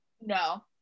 no